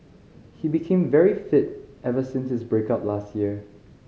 he became very fit ever since his break up last year